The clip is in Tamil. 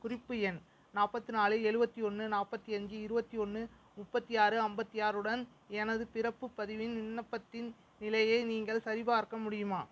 குறிப்பு எண் நாற்பத்து நாலு எழுவத்தி ஒன்று நாற்பத்தி அஞ்சு இருபத்தி ஒன்று முப்பத்தி ஆறு ஐம்பத்தி ஆறு உடன் எனது பிறப்புப் பதிவின் விண்ணப்பத்தின் நிலையை நீங்கள் சரிபார்க்க முடியுமா